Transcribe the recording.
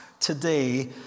today